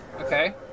Okay